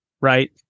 right